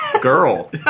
girl